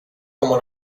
como